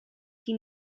qui